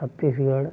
Chhattisgarh